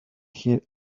hear